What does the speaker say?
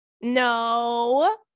No